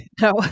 no